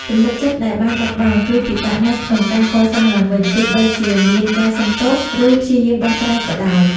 ទំនុកចិត្តដែលបានបាត់បង់ គឺពិបាកណាស់ក្នុងការកសាងឡើងវិញ ទោះបីជាមានការសុំទោស ឬព្យាយាមដោះស្រាយក៏ដោយ។